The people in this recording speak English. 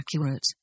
accurate